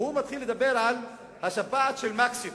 והוא מתחיל לדבר על השפעת של מקסיקו,